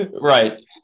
right